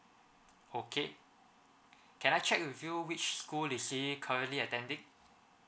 okay can I check with you which school is he currently attending